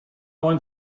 one